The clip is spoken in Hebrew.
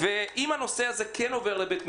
אם הנושא הזה כן עובר לבית המשפט,